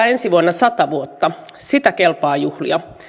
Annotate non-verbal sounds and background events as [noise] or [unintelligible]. [unintelligible] ensi vuonna sata vuotta sitä kelpaa juhlia